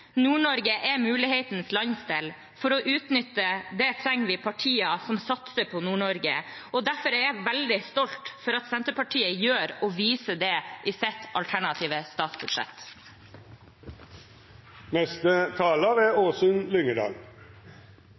Nord-Norge er mulighetenes landsdel. For å utnytte det trenger vi partier som satser på Nord-Norge, og derfor er jeg veldig stolt over at Senterpartiet gjør og viser det i sitt alternative statsbudsjett.